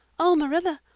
oh, marilla,